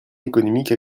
économique